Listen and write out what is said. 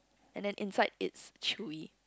and then inside is chewy